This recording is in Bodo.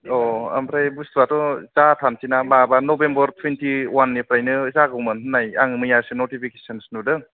औ ओमफ्राय बुस्थुआनोथ' जाथारनोसैना माबा नभेम्बर टुवेन्टिउवाननिफ्रायनो जागौमोन होननाय आङो मैयासो नोटिफिकेशोन नुदों